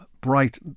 bright